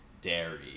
dairy